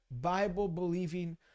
Bible-believing